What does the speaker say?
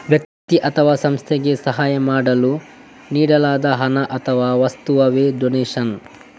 ವ್ಯಕ್ತಿ ಅಥವಾ ಸಂಸ್ಥೆಗೆ ಸಹಾಯ ಮಾಡಲು ನೀಡಲಾದ ಹಣ ಅಥವಾ ವಸ್ತುವವೇ ಡೊನೇಷನ್